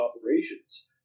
operations